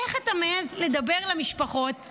איך אתה מעז לדבר למשפחות,